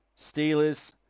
Steelers